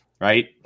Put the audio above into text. right